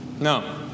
No